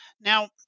Now